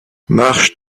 marche